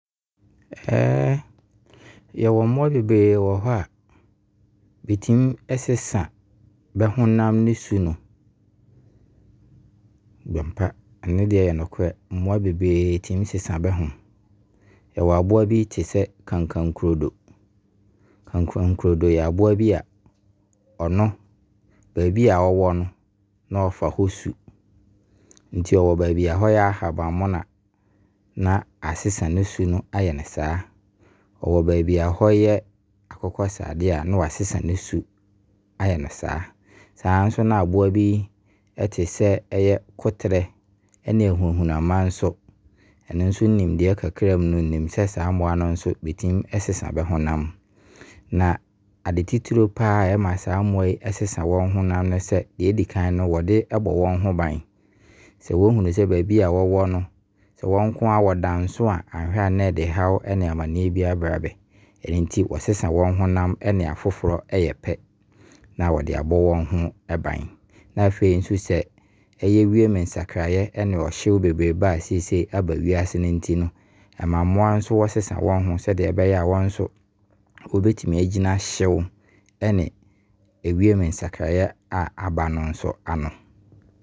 Yɛwɔ mmoa bebree wɔ hɔ a, bɛtumi ɛsesa bɛho, bɛhonam ne su no. Ɛyɛ ampa deɛ, yɛ nokorɛ. Mmoa bebree tumi sesa bɛho. Bɛwɔ aboa bi te sɛ Kankankrodo. Kankankrodo yɛ aboa bi a ɔno, baabi a ɔwɔ no na ɔfa hɔ su. Nti ɔwɔ baabi a hɔ yɛ ahaban mmono a, na asesa ne su no ayɛ no saa. Ɔwɔ baabi a hɔ yɛ akokɔ saadɛ a na wasesa nsu su ayɛ no saa. Saa nso na aboa bi ɛte sɛ Kotrɛ ɛne ahunahunamma nso, ɛno nso, me nimdeɛ kakra mu no saa mmoa no nso bɛtumi sesa bɛhonam. Na ade titire paa ara ɛma saa mmoa yi bɛsesa wɔnhonam ne sɛ, deɛ ɛdi kan, wɔde bɔ wɔn ho ban. Sɛ wɔhunu sɛ baabi a bɛwɔ no, bɛ nkoaa bɛda nso a, ɛyɛ a na ɛde haw ne amanneɛ bi brɛ bɛ. Ɛnti wɔsesa wɔn honam ɛne afoforɔ ɛyɛ pɛ na wɔde abɔ bɛho ban Na afei nso, sɛ wiem nsakraeɛ ɛne ɔhyew bebreebe a seisie aba wiase nti no, ama mmoa nso bɛsesa bɛho ssɛdɛ ɛbɛyɛ a wɔn nso wɔbɛtumi agyina hyew ɔne ewiem nsakraeɛ aba no ano.